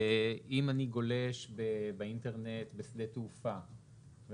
אם אני גולש באינטרנט בשדה תעופה,